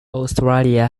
australia